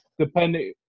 Depending